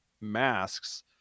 masks